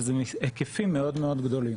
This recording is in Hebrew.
שאלו היקפים מאוד מאוד גדולים.